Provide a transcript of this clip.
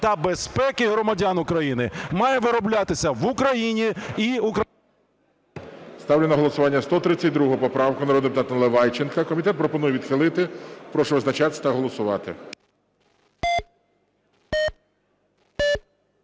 та безпеки громадян України, має вироблятися в Україні і... ГОЛОВУЮЧИЙ. Ставлю на голосування 132 поправку народного депутата Наливайченка. Комітет пропонує відхилити. Прошу визначатись та голосувати.